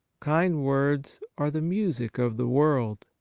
kind words are the music of the world.